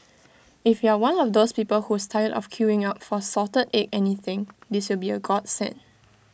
if you are one of those people who's tired of queuing up for salted egg anything this will be A godsend